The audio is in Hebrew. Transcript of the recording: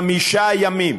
חמישה ימים